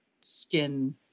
skin